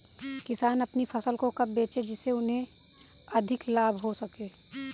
किसान अपनी फसल को कब बेचे जिसे उन्हें अधिक लाभ हो सके?